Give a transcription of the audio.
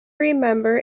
remember